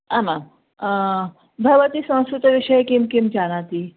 आमां भवती संस्कृतविषये किं किं जानाति